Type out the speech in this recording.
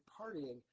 partying